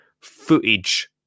footage